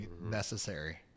necessary